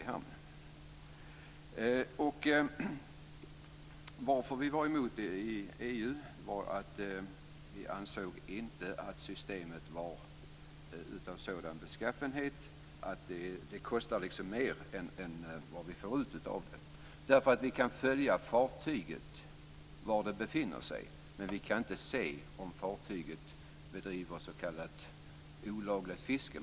Anledningen till att vi var emot det i EU var att vi ansåg att systemet var av sådan beskaffenhet att det kostar mer än vad vi får ut av det. Man kan följa ett fartyg och se var det befinner sig men kan inte se om det bedriver s.k. olagligt fiske.